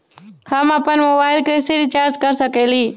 हम अपन मोबाइल कैसे रिचार्ज कर सकेली?